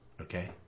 okay